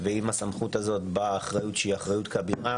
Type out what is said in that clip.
ועם הסמכות הזאת באה אחריות שהיא אחריות כבירה